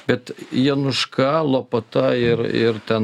bet januška lopata ir ir ten